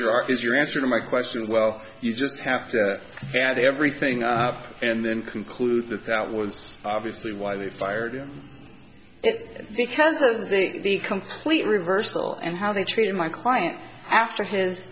your art is your answer my questions well you just have to add everything up and then concludes that that was obviously why they fired him because i think the complete reversal and how they treated my client after his